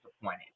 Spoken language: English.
disappointed